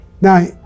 Now